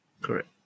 correct